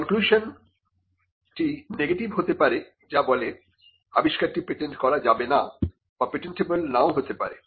conclusion টি negative হতে পারে যা বলে আবিষ্কারটি পেটেন্ট করা যাবেনা বা পেটেন্টবল নাও হতে পারে